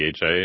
DHA